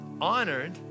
honored